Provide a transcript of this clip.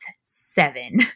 seven